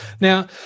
Now